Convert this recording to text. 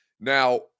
now